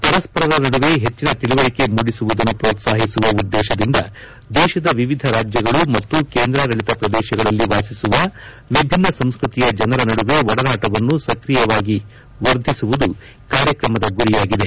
ಪರಸ್ಪರರ ನಡುವೆ ಹೆಚ್ಚನ ತಿಳುವಳಕೆ ಮೂಡಿಸುವುದನ್ನು ಪ್ರೋತ್ಲಾಹಿಸುವ ಉದ್ವೇಶದಿಂದ ದೇಶದ ವಿವಿಧ ರಾಜ್ಞಗಳು ಮತ್ತು ಕೇಂದ್ರಾಡಳತ ಪ್ರದೇಶಗಳಲ್ಲಿ ವಾಸಿಸುವ ವಿಭಿನ್ನ ಸಂಸ್ಕೃತಿಯ ಜನರ ನಡುವೆ ಒಡನಾಟವನ್ನು ಸಕ್ರಿಯವಾಗಿ ವರ್ದಿಸುವುದು ಕಾರ್ಯಕ್ರಮದ ಗುರಿಯಾಗಿದೆ